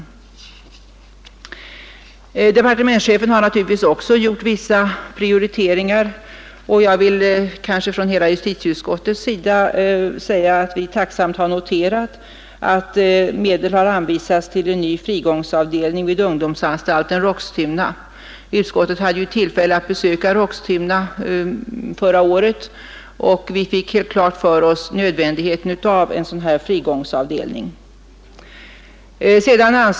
Också departementschefen har naturligtvis gjort vissa prioriteringar, och jag vill på hela justitieutskottets vägnar framhålla att vi tacksamt noterat att medel anvisats för en ny frigångsavdelning vid ungdomsanstalten Roxtuna. Utskottet hade tillfälle att besöka Roxtuna förra året, och vi blev då helt övertygade om nödvändigheten av en sådan frigångsavdelning.